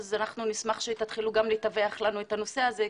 אז נשמח אם תתחילו לתווך לנו את הנושא הזה,